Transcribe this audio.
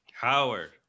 Howard